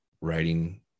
writing